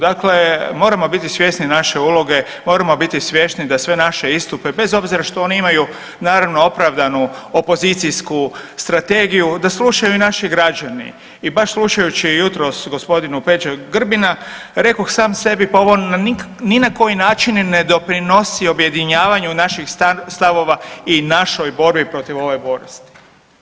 Dakle, moramo biti svjesni naše uloge, moramo biti svjesni da sve naše istupe, bez obzira što oni imaju, naravno, opravdanu opozicijsku strategiju, da slušaju naše građani i baš slušajući jutros g. Peđa Grbina rekoh sam sebi, pa ovo ni na koji način ne doprinosu objedinjavanju naših stavova i našoj borbi protiv ove bolesti.